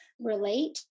relate